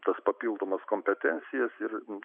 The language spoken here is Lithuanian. tas papildomas kompetencijas ir